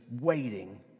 waiting